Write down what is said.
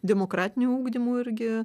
demokratinio ugdymo irgi